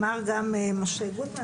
אמר גם משה גוטמן,